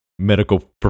medical